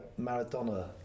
Maradona